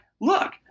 look